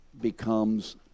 becomes